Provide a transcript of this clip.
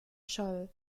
scholl